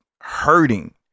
hurting